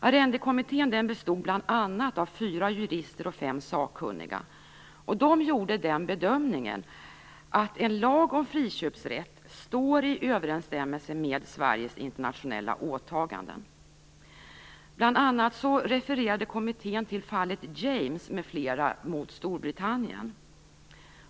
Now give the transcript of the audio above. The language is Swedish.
Arrendekommittén, som bl.a. bestod av fyra jurister och fem sakkunniga, gjorde bedömningen att en lag om friköpsrätt står i överensstämmelse med Sveriges internationella åtaganden. Bl.a. refererade kommittén till fallet James m.fl. mot Storbritannien.